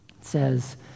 says